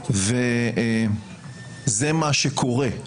וזה מה שקורה.